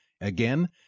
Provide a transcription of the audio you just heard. Again